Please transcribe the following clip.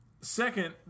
Second